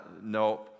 no